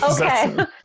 Okay